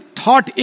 thought